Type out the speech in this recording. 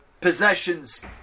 possessions